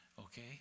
Okay